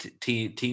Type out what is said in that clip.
Team